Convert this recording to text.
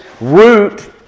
root